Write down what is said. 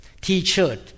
t-shirt